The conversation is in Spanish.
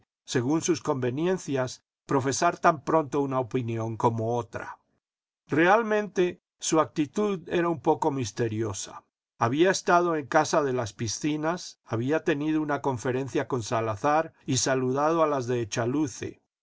según sus conveniencias profesar tan pronto una opinión como otra realmente su actitud era un poco misteriosa había estado en casa de las piscinas había tenido una conferencia con salazar y saludado a las de